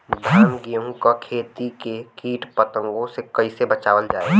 धान गेहूँक खेती के कीट पतंगों से कइसे बचावल जाए?